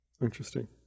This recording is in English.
Interesting